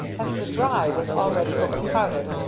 as the dry was already overcrowded,